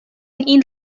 این